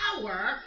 power